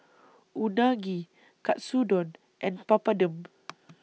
Unagi Katsudon and Papadum